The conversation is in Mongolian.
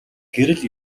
гэрэл